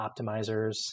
optimizers